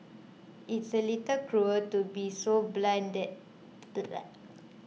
it's a little cruel to be so blunt